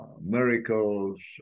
miracles